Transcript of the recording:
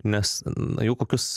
mes na jau kokius